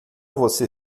você